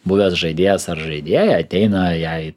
buvęs žaidėjas ar žaidėja ateina jai